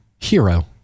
Hero